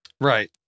Right